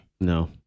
No